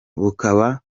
bukaba